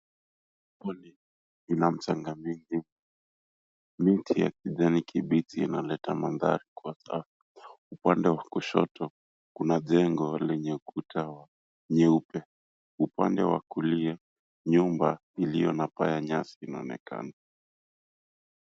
Ufukoni una mchanga mingi miti ya kijani kibichi inaleta mandhari kuwa safi . Upande wa kushoto kuna jengo lenye kuta nyeupe. Upande wa kulia nyumba iliyo na paa ya nyasi inaonekana.